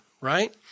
Right